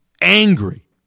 angry